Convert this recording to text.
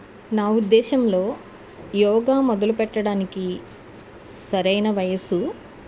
నా ఉద్దేశంలో యోగా మొదలుపెట్టడానికి సరైన వయసు